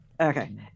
okay